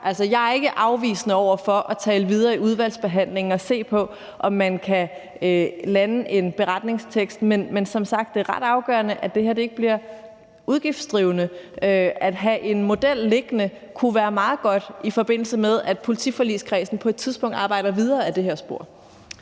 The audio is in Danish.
er jeg ikke afvisende over for at tale videre i udvalgsbehandlingen og se på, om man kan lande en beretningstekst; men som sagt er det ret afgørende, at det her ikke bliver udgiftsdrivende. At have en model liggende kunne være meget godt, i forbindelse med at politiforligskredsen på et tidspunkt arbejder videre ad det her spor.